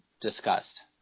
discussed